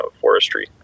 forestry